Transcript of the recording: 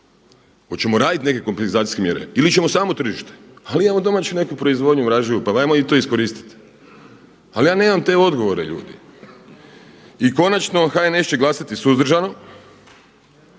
Hoćemo raditi neke kompenzacijske mjere ili ćemo samo tržište, ali imamo neku domaću proizvodnju vražju pa ajmo to i iskoristiti. Ali ja nemam te odgovore ljudi. I konačno, HNS će glasati suzdržano